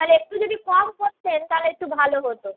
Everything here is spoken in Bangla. তাহলে একটু যদি কম করতেন তাহলে একটু ভালো হতো